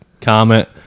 comment